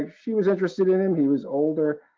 she was interested in him. he was older.